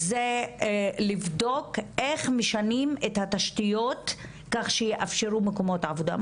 זה לבדוק איך משנים את התשתיות כך שיאפשרו מקומות עבודה.